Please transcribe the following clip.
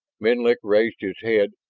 menlik raised his head,